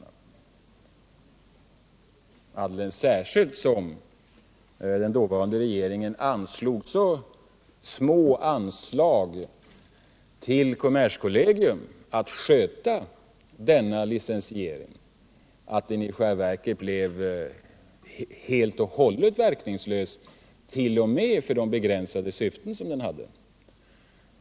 Detta gällde alldeles särskilt som den dåvarande regeringen anslog så små belopp till kommerskollegium för att sköta denna licensiering att den i själva verket blev helt verkningslös t.o.m. för de begränsade syften som den hade.